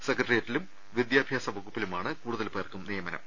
സെക്രട്ടറിയേറ്റിലും വിദ്യാഭ്യാസ വകുപ്പിലുമാണ് കൂടുതൽ പേർക്കും നിയമനം